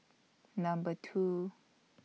Number two